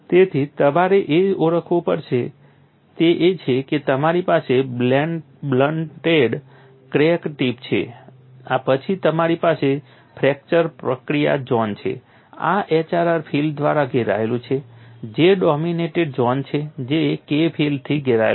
તેથી તમારે જે ઓળખવું પડશે તે એ છે કે તમારી પાસે બ્લન્ટેડ ક્રેક ટીપ છે પછી તમારી પાસે ફ્રેક્ચર પ્રક્રિયા ઝોન છે આ HRR ફિલ્ડ દ્વારા ઘેરાયેલું છે J ડોમિનેટેડ ઝોન છે જે K ફિલ્ડથી ઘેરાયેલો હશે